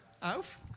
auf